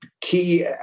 key